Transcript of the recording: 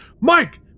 mike